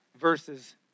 verses